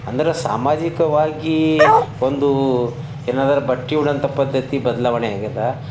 ಅಂದ್ರೆ ಸಾಮಾಜಿಕವಾಗಿ ಒಂದೂ ಏನಾದರು ಬಟ್ಟೆ ಉಡಂಥ ಪದ್ಧತಿ ಬದಲಾವಣೆ ಆಗ್ಯದ